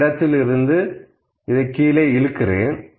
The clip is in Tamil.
இந்த இடத்தில் இருந்து இதை கீழே இழுக்கிறேன்